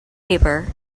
river